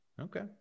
Okay